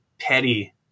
petty